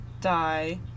die